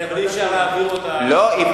כן, אבל אי-אפשר להעביר אותה במליאה.